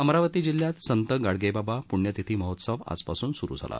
अमरावती जिल्ह्यात संत गाडगेबाबा प्ण्यतिथी महोत्सव आजपासून सुरू झाला